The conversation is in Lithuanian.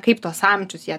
kaip tuos samčius jie